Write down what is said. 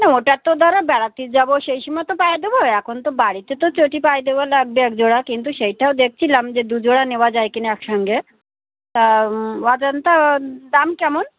না ওটার তো দাঁড়া বেড়াতে যাবো সেই সময় তো পায়ে দেবো এখন তো বাড়িতে তো চটি পায়ে দেবো লাগবে এক জোড়া কিন্তু সেইটাও দেখছিলাম যে দু জোড়া নেওয়া যায় কিনা একসঙ্গে তা অজান্তা দাম কেমন